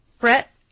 Brett